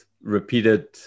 repeated